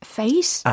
face